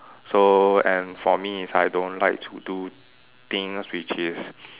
so and for me is I don't like to do things which is